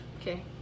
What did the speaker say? Okay